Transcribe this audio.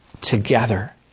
together